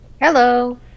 Hello